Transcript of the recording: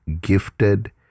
gifted